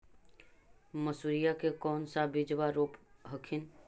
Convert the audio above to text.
मसुरिया के कौन सा बिजबा रोप हखिन?